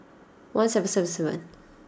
one seven seven seven